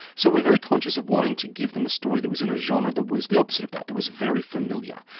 so we are very conscious of wanting to give them a story that was in a genre that was the opposite of that, that was very familiar,